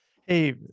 Hey